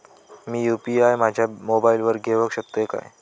मी UPI माझ्या मोबाईलावर घेवक शकतय काय?